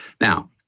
Now